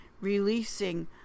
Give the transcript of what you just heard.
releasing